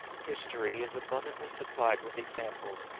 history is abundantly supplied with examples,